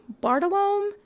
Bartolome